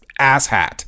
asshat